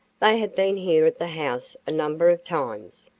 they have been here at the house a number of times.